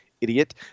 idiot